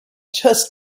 just